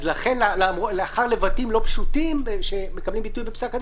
לכן לאחר לבטים לא פשוטים שמקבלים ביטוי בפסק הדין,